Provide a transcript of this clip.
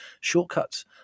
shortcuts